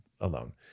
alone